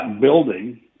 building